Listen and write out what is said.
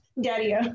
Daddy